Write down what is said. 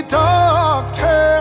doctor